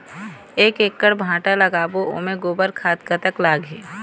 एक एकड़ भांटा लगाबो ओमे गोबर खाद कतक लगही?